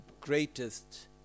greatest